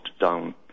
down